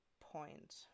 point